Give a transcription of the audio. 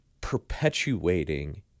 perpetuating